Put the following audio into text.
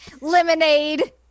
lemonade